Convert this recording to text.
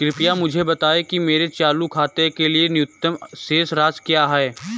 कृपया मुझे बताएं कि मेरे चालू खाते के लिए न्यूनतम शेष राशि क्या है?